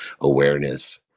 awareness